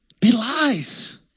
belies